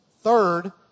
Third